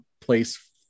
place